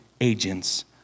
agents